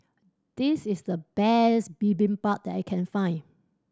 this is the best Bibimbap that I can find